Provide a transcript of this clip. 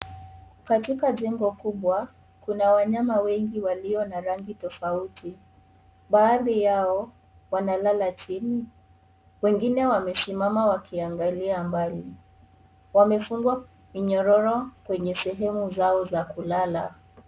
Katika jengo kubwa, kuna wanyama wengi walio na rangi tofauti. Baadhi yao wanalala chini, wengine wamesimama wakiangalia mbali. Wamefungwa minyororo kwenye sehemu zao za kulala.